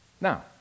Now